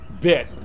bit